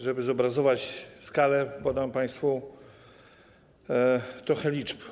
Żeby zobrazować skalę, podam państwu trochę liczb.